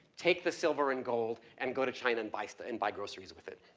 take the silver and gold and go to china and buy stu, and buy groceries with it.